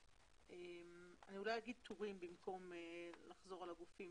אני אומר טורים במקום לחזור על הדברים.